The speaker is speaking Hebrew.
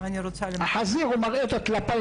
יושב ראש ועד רבני